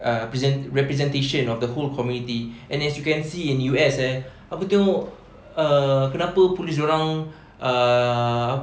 uh present representation of the whole community and as you can see in U_S eh aku tengok err kenapa police dorang err